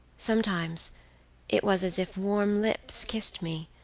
sometimes it was as if warm lips kissed me,